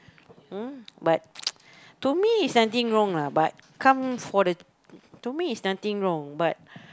hmm but to me is nothing wrong lah but comes for the to me is nothing wrong but